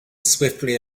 swiftly